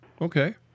Okay